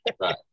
Right